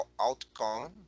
outcome